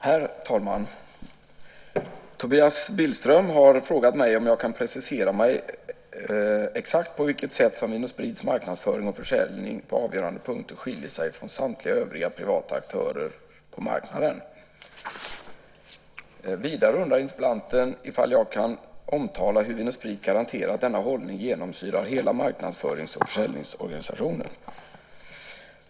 Herr talman! Tobias Billström har frågat mig om jag kan precisera mig exakt på vilket sätt som Vin & Sprits marknadsföring och försäljning på avgörande punkter skiljer sig från samtliga övriga privata aktörers på marknaden. Vidare undrar interpellanten ifall jag kan omtala hur Vin & Sprit garanterar att denna hållning genomsyrar hela marknadsförings och försäljningsorganisationen.